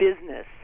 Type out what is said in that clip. business